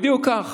בדיוק כך,